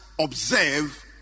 observe